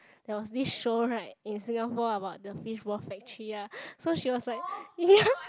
there was this show right in Singapore about the fishball factory ah so she was like ya